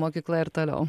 mokykla ir toliau